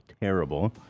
terrible